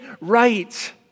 right